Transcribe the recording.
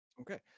Okay